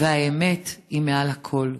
והאמת היא מעל הכול.